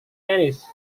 tenis